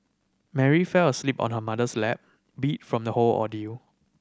Mary fell asleep on her mother's lap beat from the whole ordeal